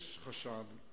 יש חשד,